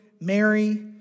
Mary